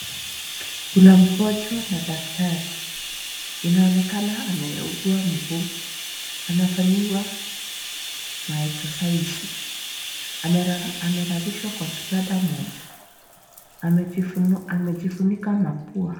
Kuna mgonjwa na daktari . Inaonekana ameugua mguu, anafanyiwa maexasaisi . Amelalishwa kwa kitanda moja. Amejifunika mapua.